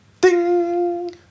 Ding